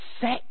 sex